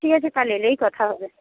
ঠিক আছে কাল এলেই কথা হবে